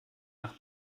nach